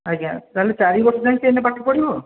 ଆଜ୍ଞା ତା'ହେଲେ ଚାରି ବର୍ଷ ଯାଏଁ ସେ ଏଇନା ପାଠ ପଢ଼ିବ